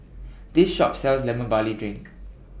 This Shop sells Lemon Barley Drink